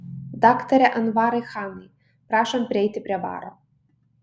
daktare anvarai chanai prašom prieiti prie baro